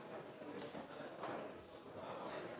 Olsen